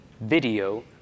video